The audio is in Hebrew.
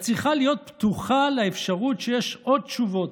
את צריכה להיות פתוחה לאפשרות שיש עוד תשובות.